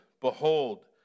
Behold